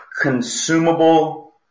consumable